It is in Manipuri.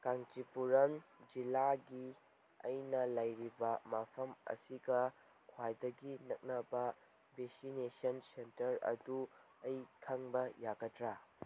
ꯀꯥꯟꯆꯤꯄꯨꯔꯝ ꯖꯤꯜꯂꯥꯒꯤ ꯑꯩꯅ ꯂꯩꯔꯤꯕ ꯃꯐꯝ ꯑꯁꯤꯒ ꯈ꯭ꯋꯥꯏꯗꯒꯤ ꯅꯛꯅꯕ ꯚꯦꯛꯁꯤꯅꯦꯁꯟ ꯁꯦꯟꯇꯔ ꯑꯗꯨ ꯑꯩ ꯈꯪꯕ ꯌꯥꯒꯗ꯭ꯔꯥ